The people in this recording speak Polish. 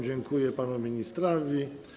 Dziękuję panu ministrowi.